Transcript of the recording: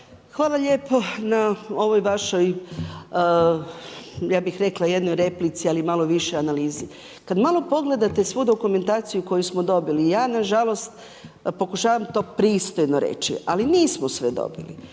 Hvala lijepo na ovoj vašoj ja bih rekla jednoj replici, ali malo više analizi. Kad malo pogledate svu dokumentaciju koju smo dobili ja nažalost pokušavam to pristojno reći, ali nismo sve dobili.